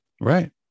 right